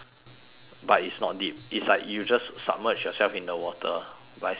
but it's not deep it's like you just submerge yourself in the water by squatting down